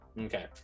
Okay